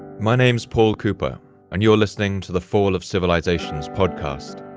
my name's paul cooper and you're listening to the fall of civilizations podcast.